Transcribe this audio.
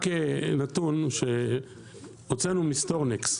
רק נתון שהוצאנו מסטורנקסט,